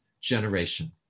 generation